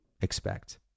expect